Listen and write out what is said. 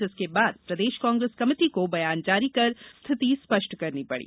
जिसके बाद प्रदेश कांग्रेस कमेटी को बयान जारी कर स्थिति स्पष्ट करनी पड़ी